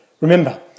Remember